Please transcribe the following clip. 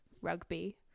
rugby